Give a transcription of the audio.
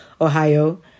Ohio